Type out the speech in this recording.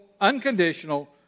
unconditional